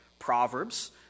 Proverbs